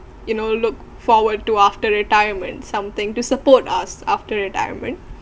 you know look forward to after retirement something to support us after retirement